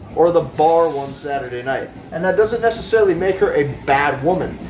or the bar one saturday night. and that doesn't necessarily make her a bad woman,